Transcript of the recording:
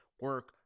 Work